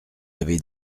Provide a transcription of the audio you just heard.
avez